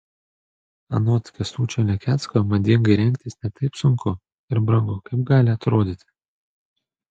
anot kęstučio lekecko madingai rengtis ne taip sunku ir brangu kaip gali atrodyti